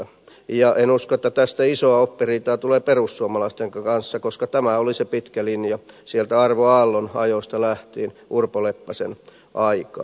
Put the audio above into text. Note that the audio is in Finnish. en usko että tästä isoa oppiriitaa tulee perussuomalaisten kanssa koska tämä oli se pitkä linja sieltä arvo aallon ajoista lähtien urpo leppäsen aikaan